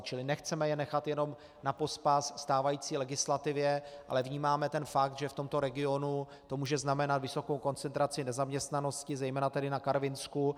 Čili nechceme je nechat jenom napospas stávající legislativě, ale vnímáme ten fakt, že v tomto regionu to může znamenat vysokou koncentraci nezaměstnanosti, zejména tedy na Karvinsku.